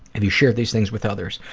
have you shared these things with others?